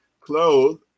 clothed